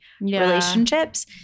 relationships